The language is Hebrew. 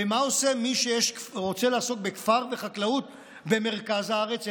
ומה עושה מי שרוצה לעסוק בכפר וחקלאות במרכז הארץ,